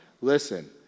Listen